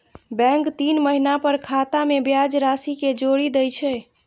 bank तीन महीना पर खाता मे ब्याज राशि कें जोड़ि दै छै